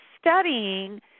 studying